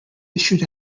issued